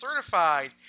Certified